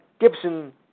Gibson